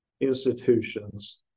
institutions